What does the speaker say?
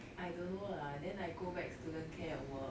I don't know lah then I go back student care at work